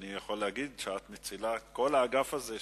אני יכול להגיד שאת מצילה את כל האגף הזה,